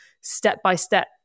step-by-step